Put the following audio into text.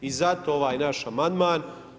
I zato ovaj naš amandman.